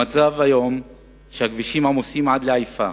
המצב היום הוא שהכבישים עמוסים לעייפה